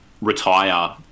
retire